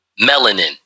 melanin